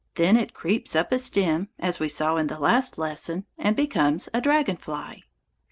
then it creeps up a stem, as we saw in the last lesson, and becomes a dragon-fly.